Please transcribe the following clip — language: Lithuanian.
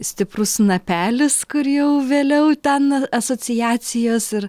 stiprus snapelis kur jau vėliau ten asociacijos ir